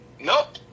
Nope